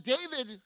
David